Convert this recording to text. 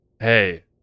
Hey